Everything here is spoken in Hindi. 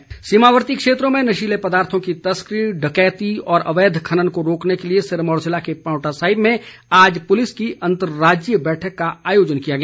समन्वय बैठक सीमावर्ती क्षेत्रों में नशीले पदार्थों की तस्करी डकैती और अवैध खनन को रोकने के लिए सिरमौर ज़िले के पांवटा साहिब में आज पुलिस की अंतर्राज्यीय बैठक का आयोजन किया गया